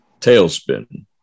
Tailspin